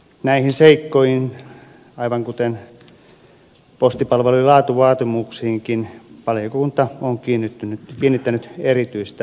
näihin seikkoihin aivan kuten postipalveluiden laatuvaatimuksiinkin valiokunta on kiinnittänyt erityistä huomiota